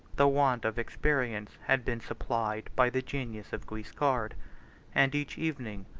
the want of experience had been supplied by the genius of guiscard and each evening,